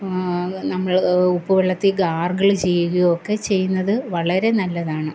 ആ നമ്മൾ ഉപ്പുവെള്ളത്തിൽ ഗാർഗിള് ചെയ്യുകയൊക്കെ ചെയ്യുന്നത് വളരെ നല്ലതാണ്